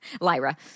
Lyra